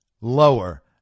lower